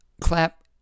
Clap